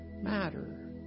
matter